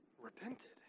repented